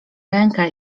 rękę